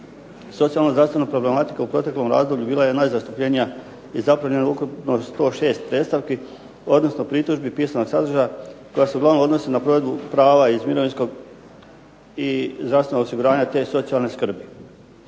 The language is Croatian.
Socijalno-zdravstvena problematika u proteklom razdoblju bila je najzastupljenija i zaprimljeno je ukupno 106 predstavki, odnosno pritužbi pisanog sadržaja, koja se uglavnom odnosi na provedbu prava iz mirovinskog i zdravstvenog osiguranja, te socijalne skrbi.